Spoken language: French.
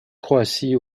croatie